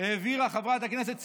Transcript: העבירה חברת הכנסת סילמן,